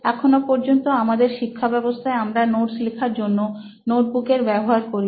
এখনো পর্যন্ত আমাদের শিক্ষাব্যবস্থায় আমরা নোটস লেখার জন্য নোটবুক এর ব্যবহার করি